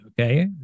Okay